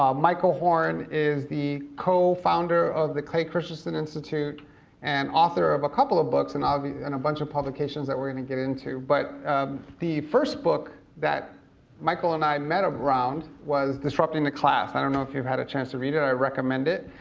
um michael horn is the co-founder of the clay christensen institute and author of a couple of books and ah and a bunch of publications that we're going to get into, but the first book that michael and i met around was disrupting class. i don't know if you've had a chance to read it, i recommend it.